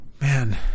man